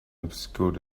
obscured